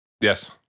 Yes